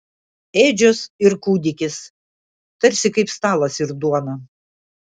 ėdžios ir kūdikis tarsi kaip stalas ir duona